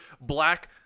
black